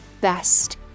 best